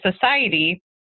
society